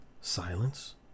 Silence